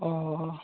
ᱚᱸᱻ